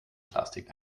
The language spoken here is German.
plastik